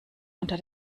unter